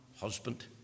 Husband